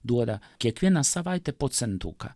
duoda kiekvieną savaitę po centuką